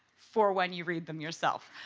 for when you read them yourself.